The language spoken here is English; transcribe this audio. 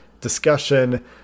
discussion